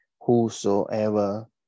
whosoever